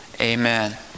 Amen